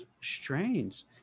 strains